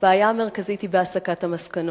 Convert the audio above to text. הבעיה המרכזית היא בהסקת המסקנות.